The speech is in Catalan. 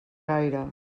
gaire